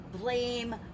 blame